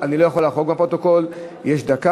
אני לא יכול לחרוג מהפרוטוקול, יש דקה.